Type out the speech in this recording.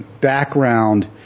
background